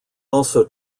also